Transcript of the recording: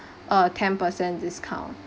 a ten percent discount